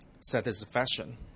satisfaction